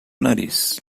nariz